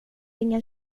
ingen